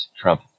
Trump